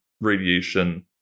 radiation